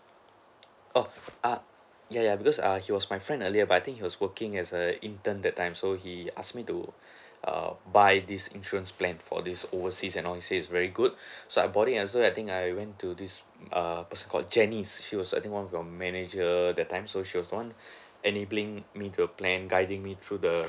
oh uh ya ya because err he was my friend earlier but I think he was working as a intern that time so he asked me to err buy this insurance plan for this overseas and all he says it's very good so I bought it and so I think I went to this err person called jenny she was I think one of your manager that time so she was the [one] enabling me the plan guiding me through the